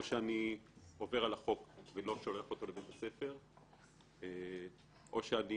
או שאני עובר על החוק ולא שולח אותו לבית הספר או שאני